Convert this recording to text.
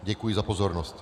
Děkuji za pozornost.